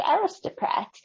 aristocrat